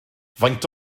faint